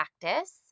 practice